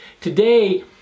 Today